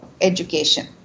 education